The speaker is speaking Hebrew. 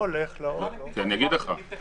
נניח